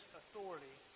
authority